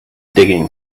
digging